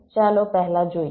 ચાલો પહેલા જોઈએ